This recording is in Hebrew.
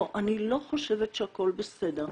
לא, אני לא חושבת שהכול בסדר.